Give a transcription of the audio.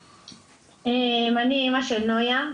אני אמא של נויה,